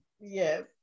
yes